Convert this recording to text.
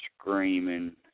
screaming